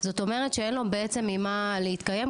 זאת אומרת שאין לו בעצם ממה להתקיים,